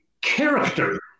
character